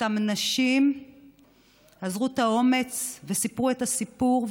ואותן נשים אזרו את האומץ וסיפרו את הסיפור,